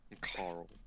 Carl